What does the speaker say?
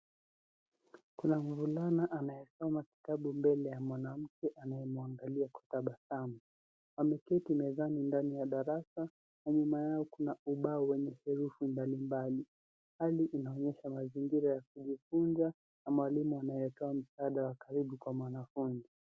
Kuna mvulana anayesoma kitabu mbele ya mwanamke anaye mwangalia kwa tabasamu. Wameketi mezani ndani ya darasani na nyuma yao kuna ubao wenye herufi mbali mbali. Hali inaonyesha mazingira ya kujifunza na mwalimu anyetoa msaada wa karibu kwa mwanafunzi.